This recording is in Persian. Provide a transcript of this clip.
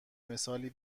مثالی